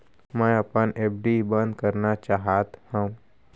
मै अपन एफ.डी बंद करना चाहात हव